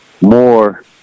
more